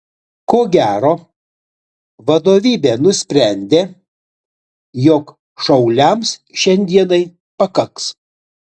ko gero vadovybė nusprendė jog šauliams šiandienai pakaks